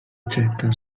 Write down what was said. accetta